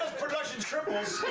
production triples,